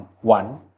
one